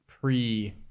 pre